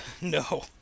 No